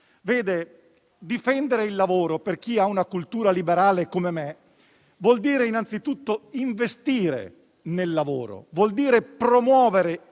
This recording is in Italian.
Difendere il lavoro, per chi ha una cultura liberale come me, vuol dire innanzitutto investire nel lavoro, promuovere le